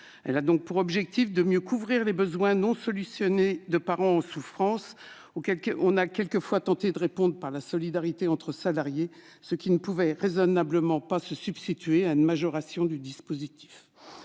Elle a pour objectif de mieux couvrir les besoins non satisfaits de parents en souffrance, auxquels on a quelquefois tenté de répondre par la solidarité entre salariés, ce qui ne pouvait raisonnablement se substituer à une majoration du dispositif.